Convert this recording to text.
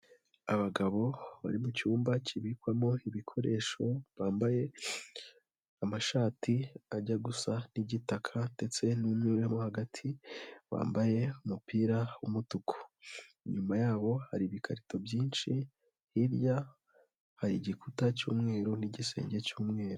Abagabo bari mu cyumba kibikwamo ibikoresho, bambaye amashati ajya gusa n'igitaka ndetse n'umwe wo hagati wambaye umupira w'umutuku, inyuma yabo hari ibikarito byinshi, hirya hari igikuta cy'umweru n'igisenge cy'umweru.